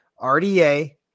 RDA